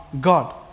God